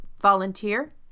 volunteer